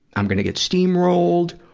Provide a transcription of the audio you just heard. i'm going to get steamrolled,